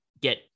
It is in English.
get